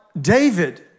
David